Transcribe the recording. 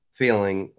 Feeling